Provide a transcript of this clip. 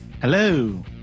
Hello